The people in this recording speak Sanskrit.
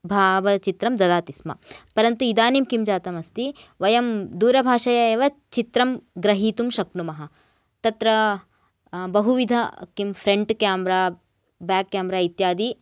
भावचित्रं ददाति स्म परन्तु इदानीं किं जातम् अस्ति वयं दूरभाषया येव चित्रं ग्रहीतुं शक्नुमः तत्र बहुविध किं फ्रन्ट् केमरा बेक् केमरा इत्यादि